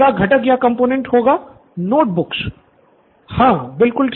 student Nithin हाँ बिलकुल ठीक